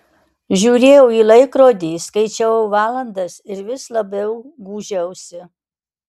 žiūrėjau į laikrodį skaičiavau valandas ir vis labiau gūžiausi